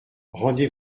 rendez